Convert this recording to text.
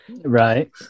Right